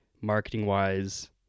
marketing-wise